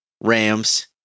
Rams